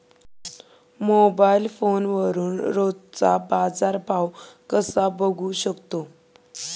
Mobile फोनवरून रोजचा बाजारभाव कसा बघू शकतो?